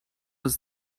was